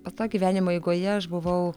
po to gyvenimo eigoje aš buvau